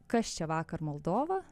kas čia vakar moldova